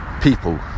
people